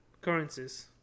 currencies